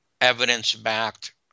evidence-backed